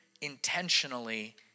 intentionally